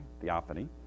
theophany